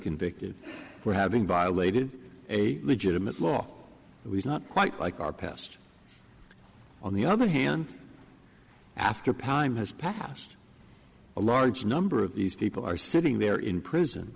convicted for having violated a legitimate law that was not quite like our past on the other hand after palin has passed a large number of these people are sitting there in prison